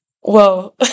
whoa